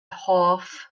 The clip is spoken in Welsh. hoff